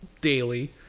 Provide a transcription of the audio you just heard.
daily